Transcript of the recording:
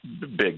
big